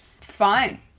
Fine